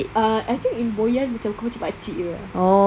ah I think in boyan macam muka macam pakcik gitu ah